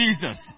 Jesus